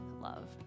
love